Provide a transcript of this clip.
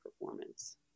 performance